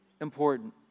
important